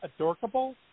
adorkable